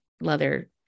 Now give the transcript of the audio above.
leather